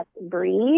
breathe